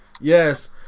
Yes